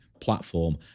platform